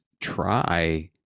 try